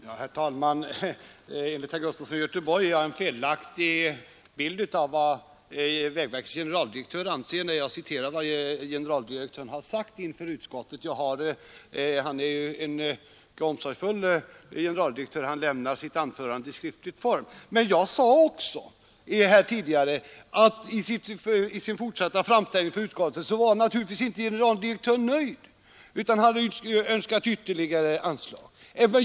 Herr talman! Enligt herr Gustafson i Göteborg ger jag en felaktig bild av vad vägverkets generaldirektör anser när jag citerar vad han sagt inför utskottet. Generaldirektören är en mycket omsorgsfull man: han har lämnat sitt anförande i skriftlig form. Jag sade ju tidigare att generaldirektören i sin fortsatta framställning inför utskottet naturligtvis inte var nöjd utan önskade ytterligare anslag.